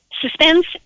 Suspense